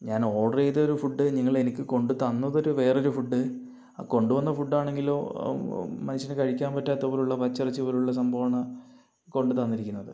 ഞാൻ ഓർഡർ ചെയ്തൊരു ഫുഡ് നിങ്ങളെനിക്ക് കൊണ്ടുത്തതന്നതൊരു വേറൊരു ഫുഡ് ആ കൊണ്ടുവന്ന ഫുഡാണെങ്കിലോ മനുഷ്യന് കഴിക്കാൻ പറ്റാത്ത പോലുള്ള പച്ചിറച്ചി പോലുള്ള സംഭവമാണ് കൊണ്ടു തന്നിരിക്കുന്നത്